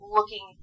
looking